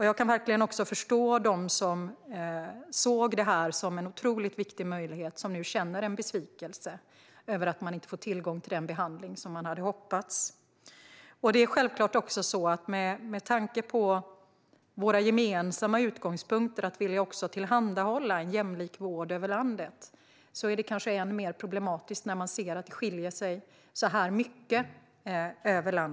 Jag kan verkligen också förstå dem som såg detta som en otrolig viktig möjlighet och som nu känner en besvikelse över att man inte får tillgång till den behandling som man hade hoppats på. Med tanke på våra gemensamma utgångspunkter att vilja tillhandahålla en jämlik vård över landet är det självklart än mer problematiskt när man ser att det skiljer sig så här mycket.